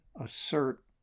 assert